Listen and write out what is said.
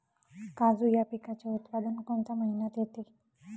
काजू या पिकाचे उत्पादन कोणत्या महिन्यात येते?